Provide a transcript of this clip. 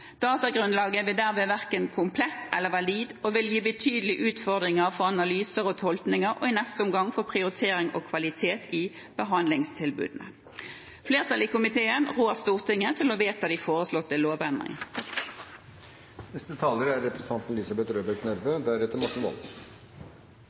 Datagrunnlaget blir derved verken komplett eller valid og vil gi betydelige utfordringer for analyser og tolkning – og i neste omgang for prioriteringer og kvalitet i behandlingstilbudene. Flertallet i komiteen rår Stortinget til å vedta de foreslåtte lovendringene. Det er